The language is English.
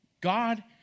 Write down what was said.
God